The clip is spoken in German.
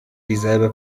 dieselbe